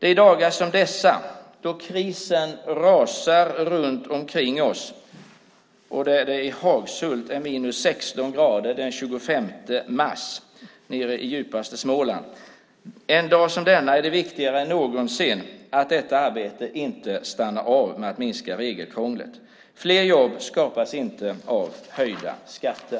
I dagar som dessa då krisen rasar runt omkring oss och då det, som i dag den 25 mars, är 16 grader minus i Hagshult nere i djupaste Småland är det viktigare än någonsin att arbetet med att minska regelkrånglet inte stannar av. Fler jobb skapas inte genom höjda skatter.